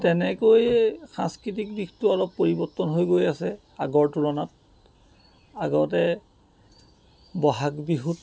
তেনেকৈয়ে সাংস্কৃতিক দিশটো অলপ পৰিৱৰ্তন হৈ গৈ আছে আগৰ তুলনাত আগতে বহাগ বিহুত